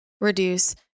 reduce